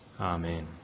Amen